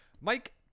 Mike